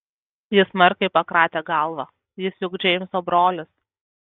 ji smarkiai pakratė galvą jis juk džeimso brolis